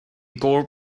gore